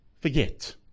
forget